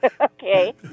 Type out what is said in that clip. Okay